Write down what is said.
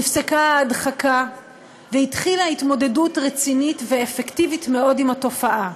נפסקה ההדחקה והתחילה התמודדות רצינית ואפקטיבית מאוד עם התופעה.